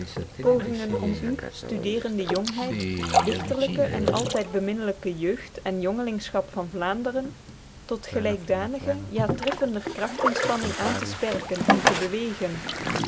pogingen om u studerende jongheid dichterlyke en altyd beminnelyke jeugd en jongelingschap van vlaenderen tot gelykdanige ja treffender krachtinspanning aen te sperken en te bewegen